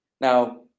Now